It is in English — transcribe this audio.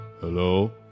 Hello